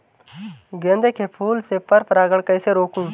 गेंदे के फूल से पर परागण कैसे रोकें?